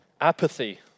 apathy